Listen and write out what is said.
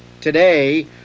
Today